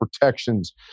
protections